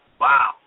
Wow